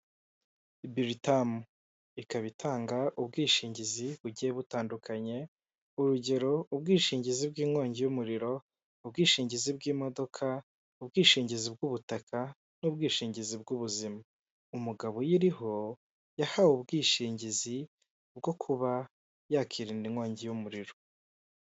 Bilitamu, ikaba itanga ubwishingizi bugiye butandukanye, urugero: ubwishingizi bw'inkongi y'umuriro, ubwishingizi bw'imodoka, ubwishingizi bw'ubutaka, n'ubwishingizi bw'ubuzima. U Umugabo uyiriho yahawe ubwishingizi bwo kuba yakirinda inkongi y'umuriro.